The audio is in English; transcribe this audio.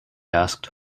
asked